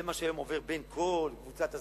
זה מה שהיום עובר בין כל קבוצת הזרים,